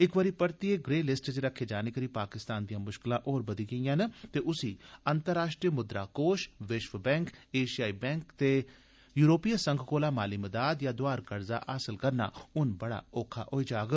इक बारी परतियै ग्रे लिस्ट च रखे जाने करी पाकिस्तान दियां मुश्कलां होर बघी जांगन ते उसी अंतर्राश्ट्रीय मुद्रा कोष विश्व बैंक एशियाई विकास बैंक ते यूरोपीय संघ कोला माली मदाद जां दोआर कर्जा हासल करना बड़ा ओक्खा होई जाग